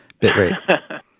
bitrate